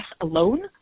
alone